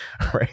right